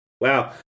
Wow